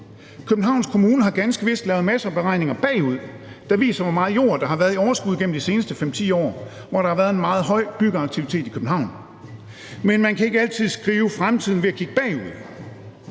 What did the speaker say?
Københavns Kommune har ganske vist lavet masser af beregninger bagud, der viser, hvor meget jord der har været i overskud gennem de seneste 5-10 år, hvor der har været en meget høj byggeaktivitet i København. Men man kan ikke altid beskrive fremtiden ved at kigge bagud.